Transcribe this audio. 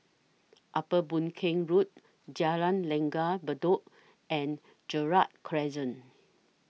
Upper Boon Keng Road Jalan Langgar Bedok and Gerald Crescent